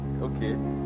Okay